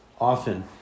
often